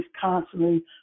constantly